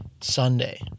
Sunday